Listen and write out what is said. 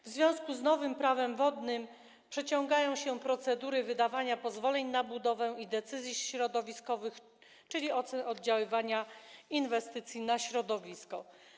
W związku z nowym Prawem wodnym przeciągają się procedury wydawania pozwoleń na budowę i decyzji środowiskowych, czyli ocen oddziaływania inwestycji na środowisko.